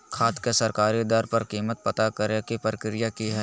खाद के सरकारी दर पर कीमत पता करे के प्रक्रिया की हय?